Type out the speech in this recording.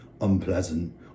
unpleasant